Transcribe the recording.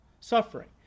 Suffering